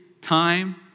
time